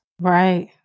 Right